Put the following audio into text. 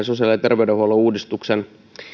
sosiaali ja terveydenhuollon uudistuksen